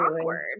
awkward